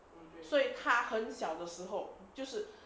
所以他很小的时候就是